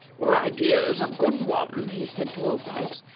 your idea is a good one, he said to old pipes,